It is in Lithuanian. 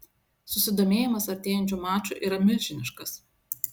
susidomėjimas artėjančiu maču yra milžiniškas